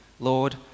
Lord